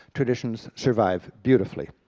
traditions survive beautifully.